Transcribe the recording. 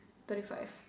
thirty five